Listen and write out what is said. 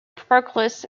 proclus